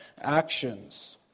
actions